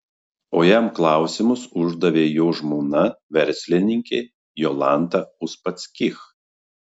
o jam klausimus uždavė jo žmona verslininkė jolanta uspaskich